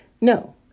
No